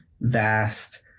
vast